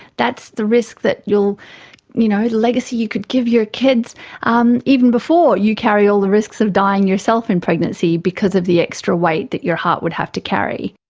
that's the risk that you will, you know the legacy you could give your kids um even before you carry all the risks of dying yourself in pregnancy because of the extra weight that your heart would have to carry.